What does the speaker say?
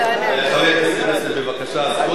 חבר הכנסת פלסנר, בבקשה, זכות התגובה.